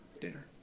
dinner